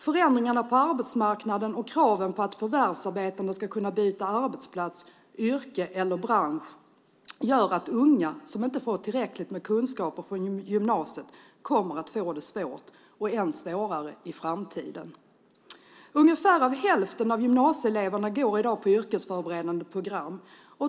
Förändringarna på arbetsmarknaden och kraven på att förvärvsarbetande ska kunna byta arbetsplats, yrke eller bransch gör att unga som inte har fått tillräckligt med kunskaper på gymnasiet kommer att få det svårt och än svårare i framtiden. Ungefär hälften av gymnasieeleverna går i dag på yrkesförberedande program.